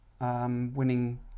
winning